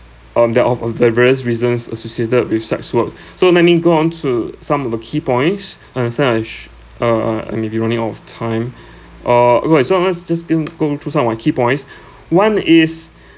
um that of all the various reasons associated with sex work so let me go on to some of the key points some I ash uh uh and we are running out of time uh okay so I'm just just go through some of my key points one is